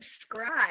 subscribe